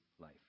life